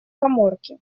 каморки